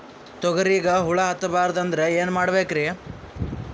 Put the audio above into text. ತೊಗರಿಗ ಹುಳ ಹತ್ತಬಾರದು ಅಂದ್ರ ಏನ್ ಮಾಡಬೇಕ್ರಿ?